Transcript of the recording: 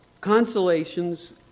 Consolations